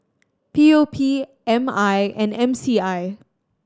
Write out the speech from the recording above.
P O P M I and M C I